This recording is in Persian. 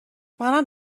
منم